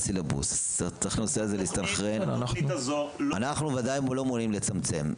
הסיליבוס שאנחנו בוודאי לא מעוניינים לצמצם.